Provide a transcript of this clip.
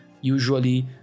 usually